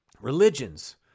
religions